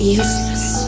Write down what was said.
useless